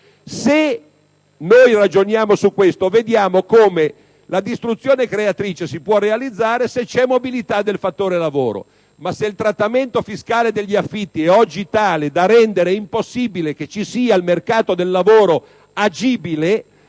se ragioniamo su questo punto, vediamo come la distruzione creatrice si può realizzare se c'è la mobilità del fattore lavoro; ma se il trattamento fiscale degli affitti oggi è tale da rendere impossibile che il mercato degli affitti